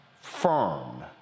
firm